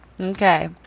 Okay